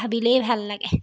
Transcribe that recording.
ভাবিলেই ভাল লাগে